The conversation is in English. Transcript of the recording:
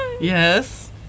Yes